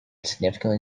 significantly